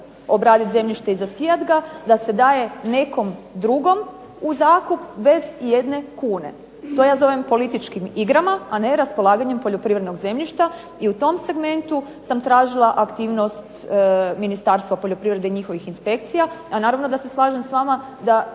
obraditi zemljište i zasijati ga da se daje nekom drugom u zakup bez ijedne kune. To ja zovem političkim igrama, a ne raspolaganjem poljoprivrednog zemljišta i u tom segmentu sam tražila aktivnost Ministarstva poljoprivrede i njihovih inspekcija. A naravno da se slažem s vama da